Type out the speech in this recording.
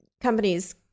companies